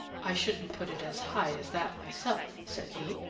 i shouldn't put it as high as that myself, said he.